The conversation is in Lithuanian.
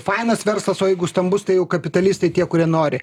fainas verslas o jeigu stambus tai jau kapitalistai tie kurie nori